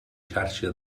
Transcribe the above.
xarxa